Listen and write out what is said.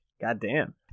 goddamn